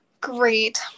Great